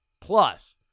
plus